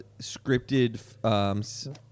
scripted